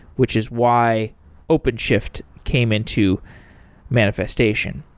which is why openshift came into manifestation.